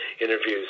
interviews